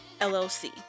LLC